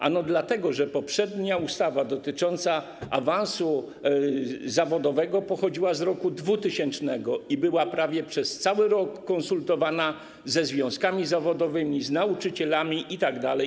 Ano dlatego, że poprzednia ustawa dotycząca awansu zawodowego pochodziła z roku 2000 i była prawie przez cały rok konsultowana ze związkami zawodowymi, z nauczycielami itd.